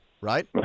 right